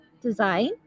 design